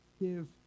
give